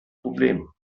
problem